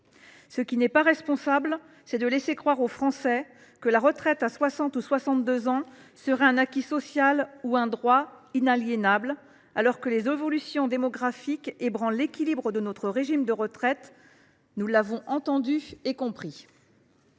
Ce qui n’est pas responsable, c’est de laisser croire aux Français que la retraite à 60 ans ou 62 ans serait un acquis social ou un droit inaliénable, alors que les évolutions démographiques ébranlent l’équilibre de notre régime de retraite – nous l’avons entendu et compris.